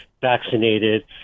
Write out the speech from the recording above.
vaccinated